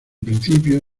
principio